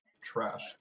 trash